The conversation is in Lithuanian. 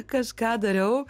kažką dariau